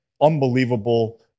unbelievable